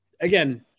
again